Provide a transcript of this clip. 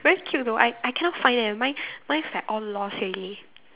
very cute though I I cannot find eh mine mine's like all lost already